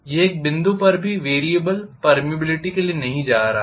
यह एक बिंदु पर भी वेरियबल पर्मीयबिलिटी के लिए नहीं जा रहा है